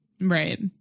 Right